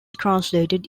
translated